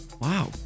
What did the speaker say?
Wow